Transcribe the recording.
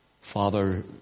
father